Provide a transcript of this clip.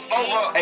over